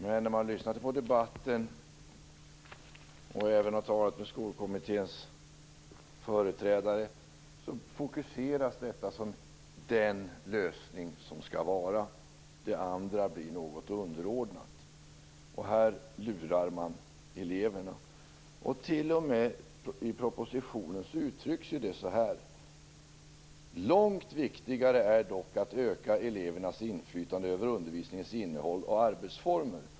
Men när jag lyssnar på debatten, och jag har även talat med Skolkommitténs företrädare, fokuseras detta som den lösning som skall finnas. Det andra blir något underordnat. Här lurar man eleverna. I propositionen uttrycks detta t.o.m. så här: Långt viktigare är dock att öka elevernas inflytande över undervisningens innehåll och arbetsformer.